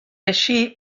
així